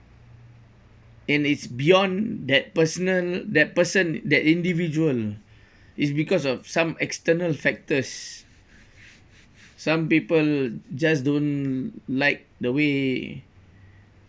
and it's beyond that personal that person that individual is because of some external factors some people just don't like the way